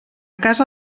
casa